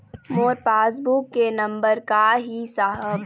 मोर passbook के number का ही साहब?